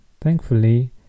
Thankfully